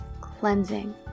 cleansing